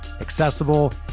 accessible